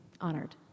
honored